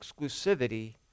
exclusivity